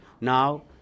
now